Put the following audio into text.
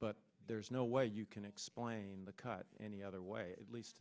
but there's no way you can explain the cut any other way at least